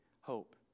hope